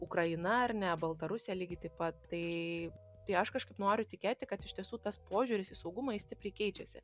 ukraina ar ne baltarusija lygiai taip pat tai tai aš kažkaip noriu tikėti kad iš tiesų tas požiūris į saugumą jis stipriai keičiasi